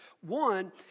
One